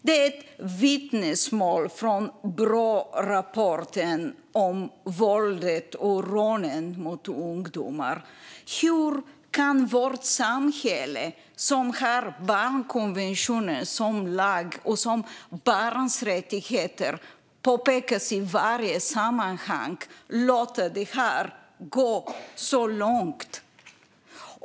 Detta är ett vittnesmål från Brårapporten om våldet och rånen mot ungdomar. Hur kan vårt samhälle, som har barnkonventionen som lag och där barns rättigheter påpekas i varje sammanhang, låta det här gå så långt?